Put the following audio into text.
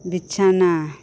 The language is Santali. ᱵᱤᱪᱷᱟᱱᱟ